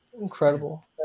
incredible